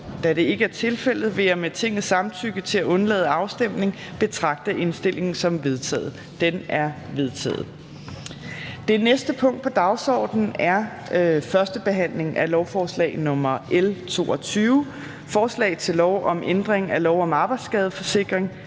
Da det ikke er tilfældet, vil jeg med Tingets samtykke til at undlade afstemning betragte indstillingen som vedtaget. Den er vedtaget. --- Det næste punkt på dagsordenen er: 5) 1. behandling af lovforslag nr. L 22: Forslag til lov om ændring af lov om arbejdsskadesikring,